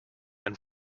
and